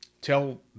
Tell